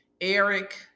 eric